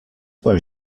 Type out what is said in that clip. where